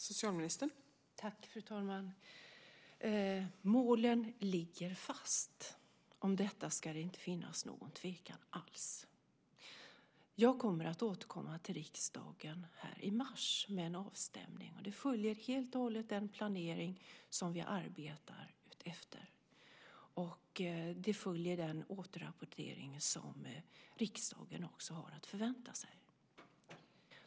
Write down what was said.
Fru talman! Målen ligger fast. Om detta ska det inte finnas någon tvekan alls. Jag kommer att återkomma till riksdagen i mars med en avstämning. Det följer helt och hållet den planering som vi arbetar utefter, och det följer den återrapportering som riksdagen har att förvänta sig.